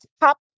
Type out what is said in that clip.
top